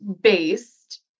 based